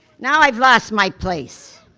now i've lost my place.